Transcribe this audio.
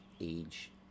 age